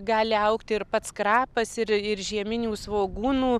gali augti ir pats krapas ir ir žieminių svogūnų